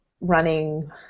running